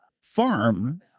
farm